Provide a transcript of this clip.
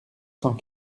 cent